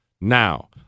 Now